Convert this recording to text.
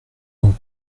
donc